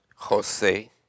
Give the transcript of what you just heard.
José